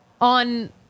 on